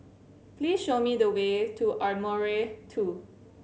please show me the way to Ardmore Two